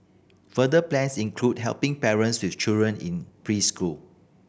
further plans include helping parents with children in preschool